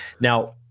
Now